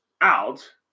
out